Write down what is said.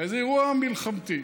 הרי זה אירוע מלחמתי.